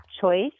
choice